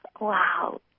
Wow